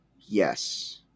Yes